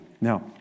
Now